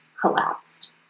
collapsed